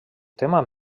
tema